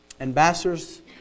Ambassadors